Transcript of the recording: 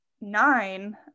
nine